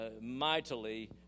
mightily